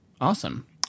awesome